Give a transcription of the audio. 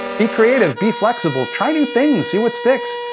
be creative, be flexible. try new things, see what sticks.